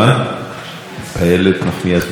ותודה רבה שהותרת עוד עשר שניות.